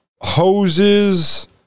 hoses